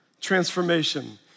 transformation